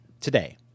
today